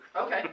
Okay